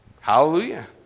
hallelujah